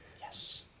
Yes